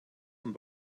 und